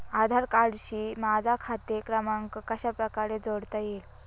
आधार कार्डशी माझा खाते क्रमांक कशाप्रकारे जोडता येईल?